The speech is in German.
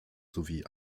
sowie